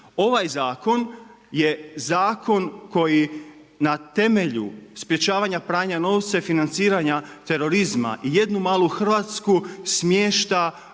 Ovaj zakon je zakon koji na temelju sprječavanja pranja novca i financiranja terorizma jednu malu Hrvatsku smješta